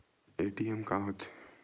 ATM का होथे?